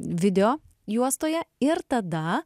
video juostoje ir tada